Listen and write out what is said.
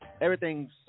Everything's